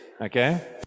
okay